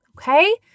Okay